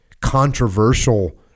controversial